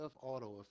auto